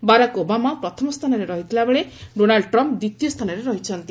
Barack Obama ପ୍ରଥମ ସ୍ଥାନରେ ରହିଥିବା ବେଳେ ଡୋନାଲ୍ଡ ଟ୍ରମ୍ମ୍ ଦ୍ୱିତୀୟ ସ୍ଥାନରେ ରହିଚ୍ଚନ୍ତି